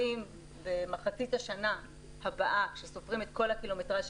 במחצית השנה הבאה כשסופרים את כל הקילומטרז'